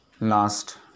last